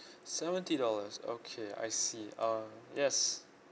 seventy dollars okay I see uh yes